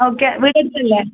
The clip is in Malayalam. ഓക്കെ വീടടുത്തല്ലേ